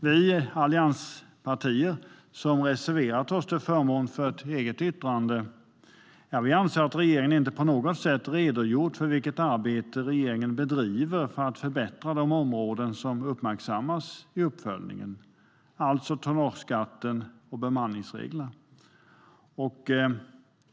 Vi allianspartier, som reserverat oss till förmån för ett eget yttrande, anser att regeringen inte på något sätt redogjort för vilket arbete regeringen bedriver för att förbättra de områden som uppmärksammas i uppföljningen, alltså tonnageskatten och bemanningsreglerna.